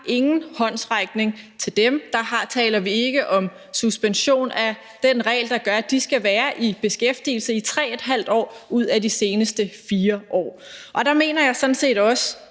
ingen håndsrækning til dem. Der taler vi ikke om suspension af den regel, der gør, at de skal være i beskæftigelse i 3½ år ud af de seneste 4 år. Og der mener jeg sådan set også,